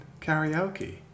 karaoke